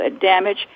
damage